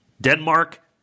Denmark